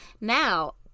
Now